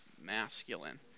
masculine